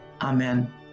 Amen